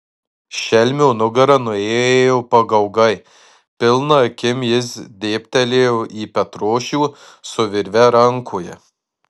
šelmio nugara nuėjo pagaugai pilna akim jis dėbtelėjo į petrošių su virve rankoje